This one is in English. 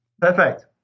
Perfect